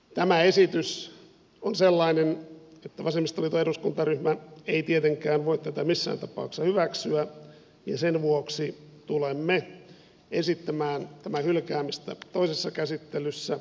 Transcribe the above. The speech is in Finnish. tämä esitys on sellainen että vasemmistoliiton eduskuntaryhmä ei tietenkään voi tätä missään tapauksessa hyväksyä ja sen vuoksi tulemme esittämään tämän hylkäämistä toisessa käsittelyssä